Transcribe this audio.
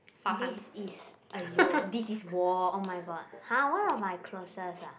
this is !aiyo! this is war oh-my-god !huh! one of my closest ah